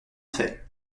fait